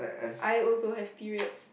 I also have periods